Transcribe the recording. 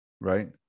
Right